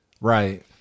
Right